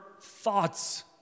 thoughts